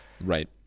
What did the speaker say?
right